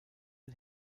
ein